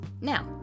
now